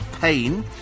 pain